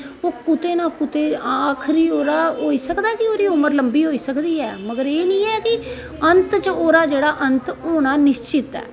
कुते ना कुते आक्खरी ओहदा होई सकदा कि ओहदी उमर लंबी होई सकदी ऐ मगर एह् नेईं ऐ कि अंत च ओहदा जेहड़ा अंत होना निश्चित ऐ